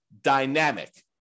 dynamic